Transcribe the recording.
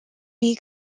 bee